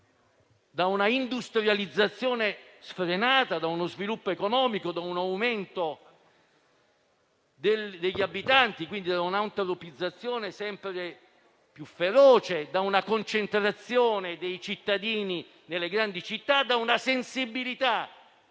da un'industrializzazione sfrenata, dallo sviluppo economico, da un aumento degli abitanti, quindi da un'antropizzazione sempre più feroce, da una concentrazione dei cittadini nelle grandi città e da una sensibilità